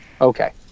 okay